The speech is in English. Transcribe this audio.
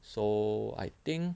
so I think